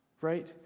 right